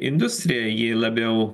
industrija ji labiau